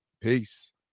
Peace